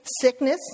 sickness